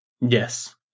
Yes